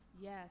Yes